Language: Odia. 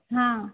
ହଁ